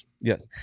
Yes